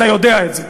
ואתה יודע את זה,